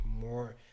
more